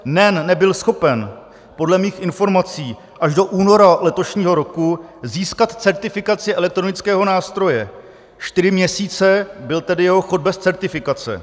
NEN nebyl schopen podle mých informací až do února letošního roku získat certifikaci elektronického nástroje, čtyři měsíce byl tedy jeho chod bez certifikace.